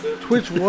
Twitch